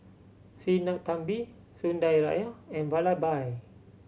Sinnathamby Sundaraiah and Vallabhbhai